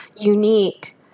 unique